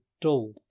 dull